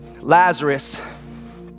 Lazarus